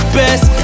best